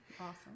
Awesome